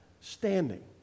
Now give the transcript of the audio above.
standing